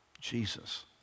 Jesus